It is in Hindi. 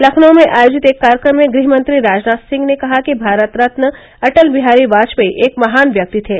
लखनऊ में आयोजित एक कार्यक्रम में गृहमंत्री राजनाथ सिंह ने कहा कि भारत रत्न अटल बिहारी वाजपेयी एक महान व्यक्ति थे